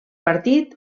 partit